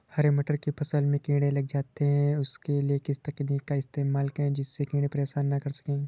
हरे मटर की फसल में कीड़े लग जाते हैं उसके लिए किस तकनीक का इस्तेमाल करें जिससे कीड़े परेशान ना कर सके?